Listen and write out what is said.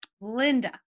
Linda